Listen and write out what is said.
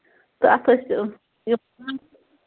تہٕ اَتھ